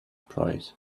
price